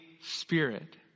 Spirit